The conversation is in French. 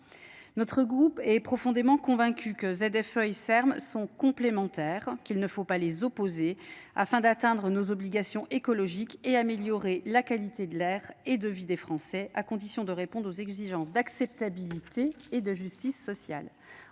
notre groupe est profondément convaincu que z f i sem sont complémentaires qu'il ne faut pas les opposer afin d'atteindre nos obligations écologiques et améliorer la qualité de l'air et de vie des Français à conditions de répondre aux exigences d'acceptabilité et de justice sociale,